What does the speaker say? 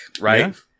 right